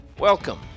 Welcome